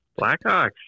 Blackhawks